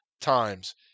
times